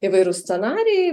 įvairūs scenarijai